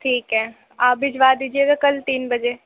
ٹھیک ہے آپ بھجوا دیجیے گا کل تین بجے